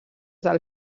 del